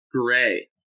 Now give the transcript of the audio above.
Gray